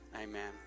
Amen